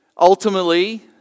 Ultimately